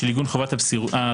עיגון חובת הסבירות.